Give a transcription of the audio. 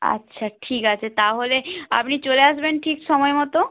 আচ্ছা ঠিক আছে তাহলে আপনি চলে আসবেন ঠিক সময় মতো